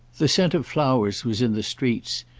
the scent of flowers was in the streets,